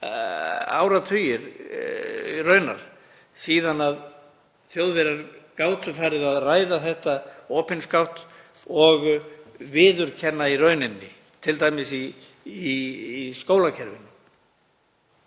margir áratugir síðan Þjóðverjar gátu farið að ræða þetta opinskátt og viðurkenna í rauninni, t.d. í skólakerfinu.